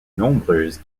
nombreuse